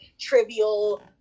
trivial